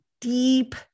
deep